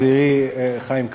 חברי חיים כץ,